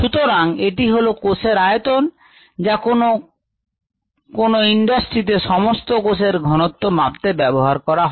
সুতরাং এটি হলো কোষের আয়তন যা কোন কোন ইন্ডাস্ট্রিতে সমস্ত কোষের ঘনত্ব মাপতে ব্যবহার করা হয়